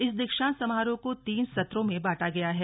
इस दीक्षांत समारोह को तीन सत्रों में बांटा गया है